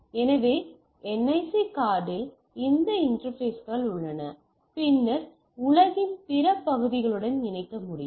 எனவே NIC கார்டில் அந்த இன்டெர்பேஸ்கள் உள்ளன பின்னர் உலகின் பிற பகுதிகளுடன் இணைக்க முடியும்